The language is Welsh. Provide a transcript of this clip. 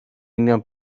union